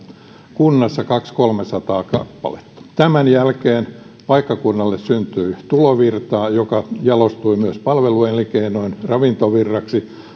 kunnissa teollisia työpaikkoja oli kaksisataa viiva kolmesataa kappaletta tämän jälkeen paikkakunnalle syntyi tulovirtaa joka jalostui myös palveluelinkeinojen ravintovirraksi